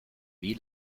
wie